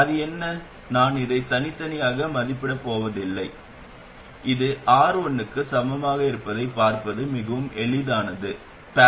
அது என்ன நான் இதைத் தனித்தனியாக மதிப்பிடப் போவதில்லை இது R1 க்கு சமமாக இருப்பதைப் பார்ப்பது மிகவும் எளிதானது || R2